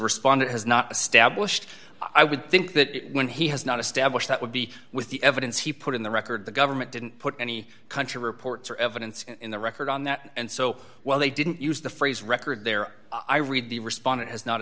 respondent has not established i would think that when he has not established that would be with the evidence he put in the record the government didn't put any country reports or evidence in the record on that and so while they didn't use the phrase record there i read the respondent has not